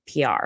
PR